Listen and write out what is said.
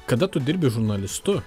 kada tu dirbi žurnalistu